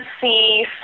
see